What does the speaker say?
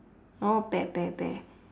oh pear pear pear